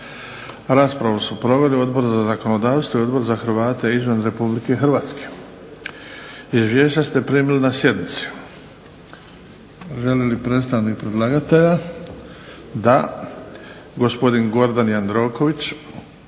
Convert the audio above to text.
Raspravu su proveli Odbor za zakonodavstvo i Odbor za Hrvate izvan Republike Hrvatske. Izvješća ste primili na sjednici. Želi li predstavnik predlagatelja? Da. Gospodin Gordan Jandroković,